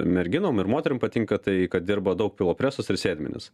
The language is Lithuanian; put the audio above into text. merginom ir moterim patinka tai kad dirba daug pilvo presas ir sėdmenys